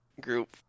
group